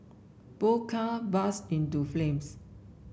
both car burst into flames